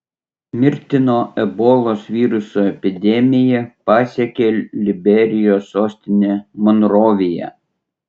mirtino ebolos viruso epidemija pasiekė liberijos sostinę monroviją